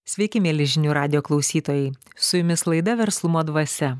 sveiki mieli žinių radijo klausytojai su jumis laida verslumo dvasia